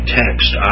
text